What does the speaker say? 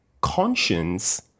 conscience